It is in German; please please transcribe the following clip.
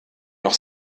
noch